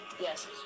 Yes